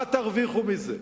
מה תרוויחו מזה?